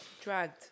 Dragged